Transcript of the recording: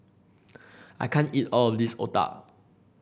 I can't eat all of this otah